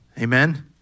Amen